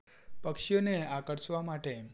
પક્ષીઓને આકર્ષવા માટે